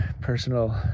personal